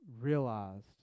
realized